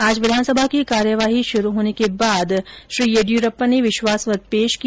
आज विधानसभा की कार्यवाही शुरू होने के बाद येडीयुरप्पा ने विश्वास मत पेश किया